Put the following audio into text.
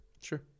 Sure